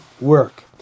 work